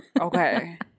Okay